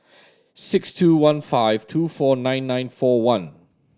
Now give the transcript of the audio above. six two one five two four nine nine four one